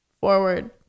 forward